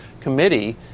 committee